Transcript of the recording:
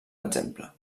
exemple